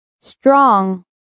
strong